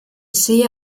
sehe